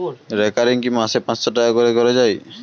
Recurring কি মাসে পাঁচশ টাকা করে করা যায়?